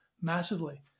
massively